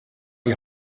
die